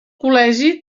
col·legi